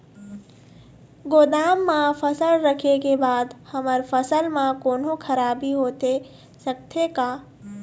गोदाम मा फसल रखें के बाद हमर फसल मा कोन्हों खराबी होथे सकथे का?